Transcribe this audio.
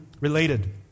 related